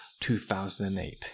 2008